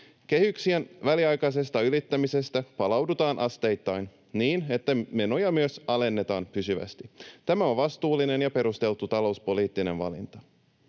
Kehyksien väliaikaisesta ylittämisestä palaudutaan asteittain niin, että menoja myös alennetaan pysyvästi. Tämä on vastuullinen ja perusteltu talouspoliittinen valinta.